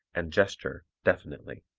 and gesture definitely.